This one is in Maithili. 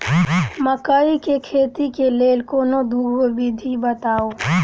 मकई केँ खेती केँ लेल कोनो दुगो विधि बताऊ?